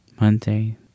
Monday